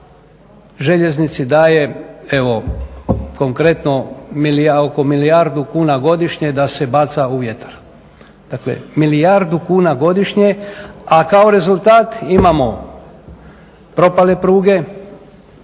željeznici daje evo konkretno oko milijardu kuna godišnje da se baca u vjetar. Dakle, milijardu kuna godišnje a kao rezultat imamo propale pruge,